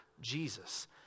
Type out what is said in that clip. Jesus